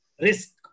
risk